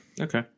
okay